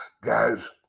Guys